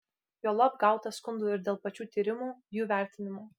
juolab gauta skundų ir dėl pačių tyrimų jų vertinimo